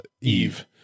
Eve